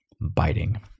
biting